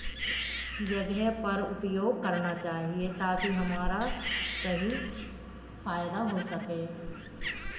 जगह पर उपयोग करना चाहिए ताकि हमारा सही फ़ायदा हो सके